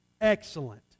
excellent